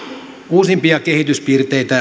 uusimpia kehityspiirteitä